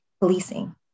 policing